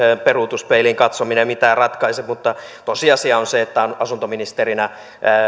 peruutuspeiliin katsominen mitään ratkaise mutta tosiasia on se että asuntoministerinä